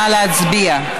נא להצביע.